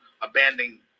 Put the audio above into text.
abandoning